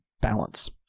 balance